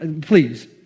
please